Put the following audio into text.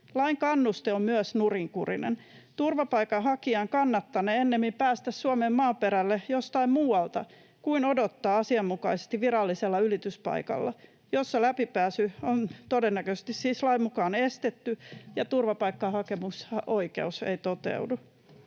Lain kannuste on myös nurinkurinen. Turvapaikanhakijan kannattanee ennemmin päästä Suomen maaperälle jostain muualta kuin odottaa asianmukaisesti virallisella ylityspaikalla, jossa läpipääsy on todennäköisesti siis lain mukaan estetty ja turvapaikkahakemusoikeus ei toteudu.